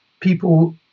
people